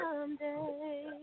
someday